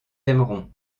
aimeront